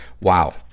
Wow